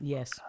Yes